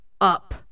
up